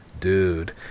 dude